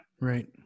Right